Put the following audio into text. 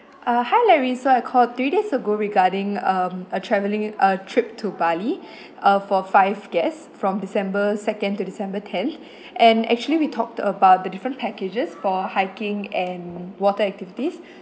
uh hi larry so I called three days ago regarding um a travelling a trip to bali uh for five guest from december second to december tenth and actually we talked about the different packages for hiking and water activities